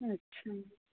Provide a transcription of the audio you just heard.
अच्छा